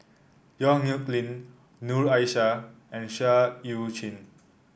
Yong Nyuk Lin Noor Aishah and Seah Eu Chin